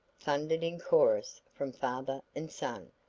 thundered in chorus from father and son.